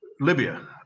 Libya